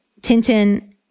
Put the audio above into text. Tintin